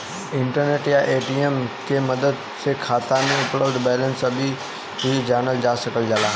internet या ATM के मदद से खाता में उपलब्ध बैलेंस कभी भी जानल जा सकल जाला